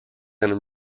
and